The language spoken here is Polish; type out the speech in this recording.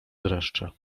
dreszcze